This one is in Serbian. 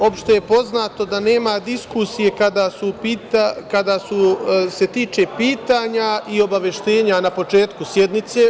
Opšte je poznato da nema diskusije kada se tiče pitanja i obaveštenja na početku sednice.